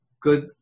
good